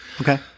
Okay